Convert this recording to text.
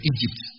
Egypt